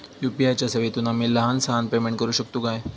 UPI च्या सेवेतून आम्ही लहान सहान पेमेंट करू शकतू काय?